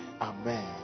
Amen